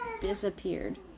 disappeared